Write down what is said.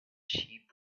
sheep